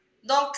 Donc